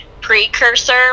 precursor